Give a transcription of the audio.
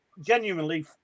genuinely